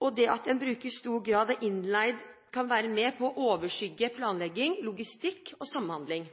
og at det at en bruker stor grad av innleie, kan være med og overskygge god planlegging, logistikk og samhandling.